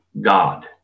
God